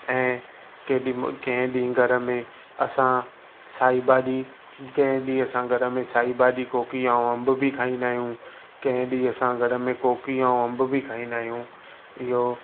ऐं केॾी म कंहिं ॾींहुं घर में असां साई भाॼी कंहिं ॾींहुं असां घर में साई भाॼी कोकी ऐं अंब बि खाईंदा आहियूं कंहिं ॾींहुं असां घर में कोकी ऐं अंब ॿि खाईंदा आहियूं